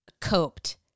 coped